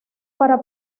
para